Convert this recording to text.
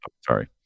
sorry